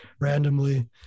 randomly